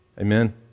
Amen